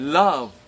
love